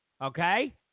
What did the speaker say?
Okay